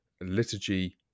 liturgy